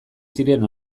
ziren